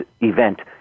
event